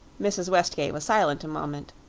mrs. westgate was silent a moment.